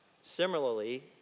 Similarly